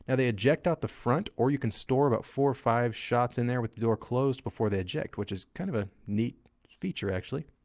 and they eject out the front or you can store about four or five shots in there with the door closed before they eject which is kind of a neat feature actually.